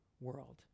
world